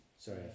Sorry